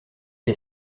est